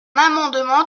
amendement